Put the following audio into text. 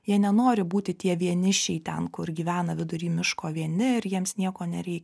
jie nenori būti tie vienišiai ten kur gyvena vidury miško vieni ir jiems nieko nereikia